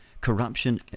corruption